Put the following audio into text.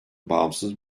bağımsız